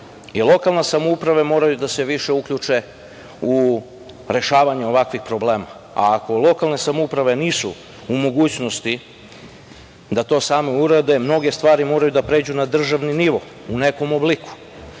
Lokalne samouprave moraju više da se uključe u rešavanje ovakvih problema. Ako lokalne samouprave nisu u mogućnosti da to same urade, mnoge stvari moraju da pređu na državni nivo u nekom obliku.